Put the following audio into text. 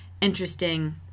interesting